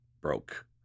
broke